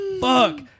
fuck